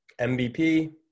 MVP